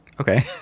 Okay